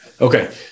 Okay